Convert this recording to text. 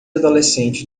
adolescentes